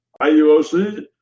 IUOC